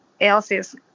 else's